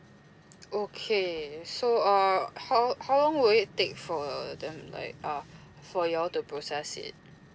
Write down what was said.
okay so uh how how long will it take for them like uh for you all to process it